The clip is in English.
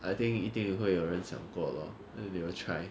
I think 一定会有人想过 lor then they will try